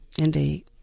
Indeed